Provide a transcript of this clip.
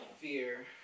Fear